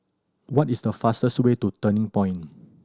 what is the fastest way to Turning Point